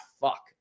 Fuck